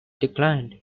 declined